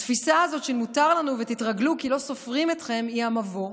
התפיסה הזאת ש"מותר לנו" ו"תתרגלו" כי "לא סופרים אתכם" היא המבוא,